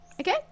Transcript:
Okay